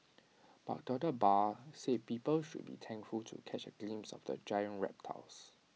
but doctor Barr said people should be thankful to catch A glimpse of the giant reptiles